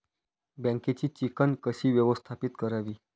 बँकेची चिकण कशी व्यवस्थापित करावी?